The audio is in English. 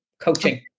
coaching